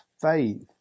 faith